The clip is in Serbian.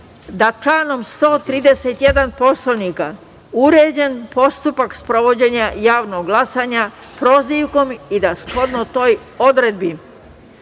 je članom 131. Poslovnika uređen postupak sprovođenja javnog glasanja - prozivkom, i da, shodno toj odredbi,